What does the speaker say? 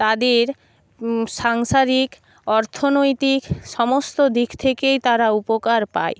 তাদের সাংসারিক অর্থনৈতিক সমস্ত দিক থেকেই তারা উপকার পায়